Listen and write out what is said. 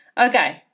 Okay